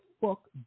fuck